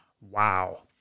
wow